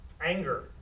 Anger